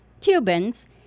Cubans